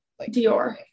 Dior